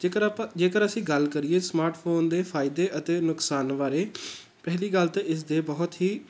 ਜੇਕਰ ਆਪਾਂ ਜੇਕਰ ਅਸੀਂ ਗੱਲ ਕਰੀਏ ਸਮਾਰਟ ਫ਼ੋਨ ਦੇ ਫਾਇਦੇ ਅਤੇ ਨੁਕਸਾਨ ਬਾਰੇ ਪਹਿਲੀ ਗੱਲ ਤਾਂ ਇਸ ਦੇ ਬਹੁਤ ਹੀ